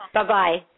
Bye-bye